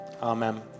amen